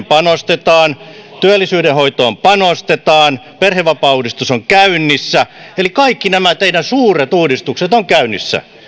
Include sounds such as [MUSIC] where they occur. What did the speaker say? [UNINTELLIGIBLE] panostetaan varhaiskasvatukseen työllisyyden hoitoon panostetaan perhevapaauudistus on käynnissä eli kaikki nämä teidän suuret uudistukset ovat käynnissä